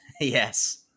Yes